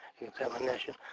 examination